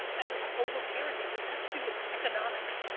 and over parenting, this has to do with economics.